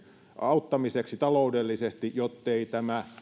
auttamiseksi taloudellisesti jottei tämä